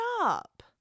up